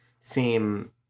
seem